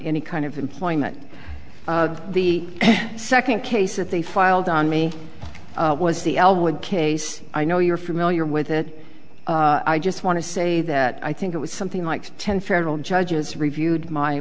any kind of employment the second case that they filed on me was the elwood case i know you're familiar with it i just want to say that i think it was something like ten federal judges reviewed my